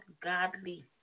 godly